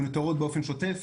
הן מנוטרות באופן שוטף